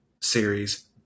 series